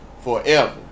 forever